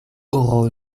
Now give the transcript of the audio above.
oro